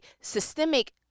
systemic